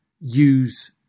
use